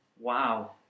Wow